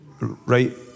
right